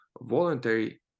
voluntary